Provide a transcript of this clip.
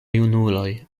junuloj